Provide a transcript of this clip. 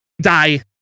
die